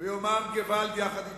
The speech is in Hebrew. ויאמר געוואלד יחד אתי,